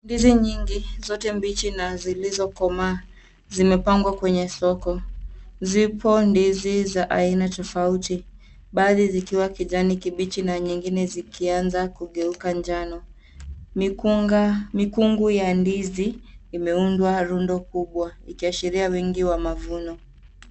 Ndizi nyingi, zote mbichi na zilizokomaa, zimepangwa kwenye soko, zipo ndizi za aina tofauti, baadhi zikiwa kijani kibichi, na nyingine zikianza kugeuka njano. Mikunga, mikungu ya ndizi, imeunda rundo kubwa, ikiashiria wingi wa mavuno.